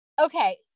Okay